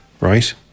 right